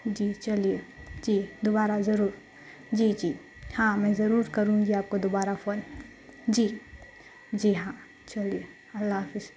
جی چلیے جی دوبارہ ضرور جی جی ہاں میں ضرور کروں گی آپ کو دوبارہ فون جی جی ہاں چلیے اللہ حافظ